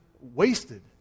wasted